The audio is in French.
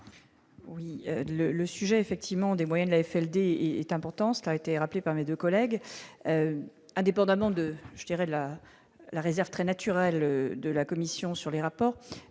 Oui le le sujet effectivement des moyens de l'AFLD est important, ce qui a été rappelé par mes 2 collègues indépendamment de je dirais la la réserve très naturel de la Commission sur les rapports,